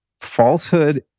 falsehood